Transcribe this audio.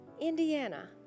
Indiana